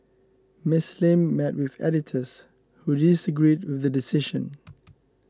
Ms Lim met with editors who disagreed with the decision